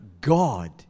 God